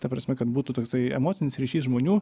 ta prasme kad būtų toksai emocinis ryšys žmonių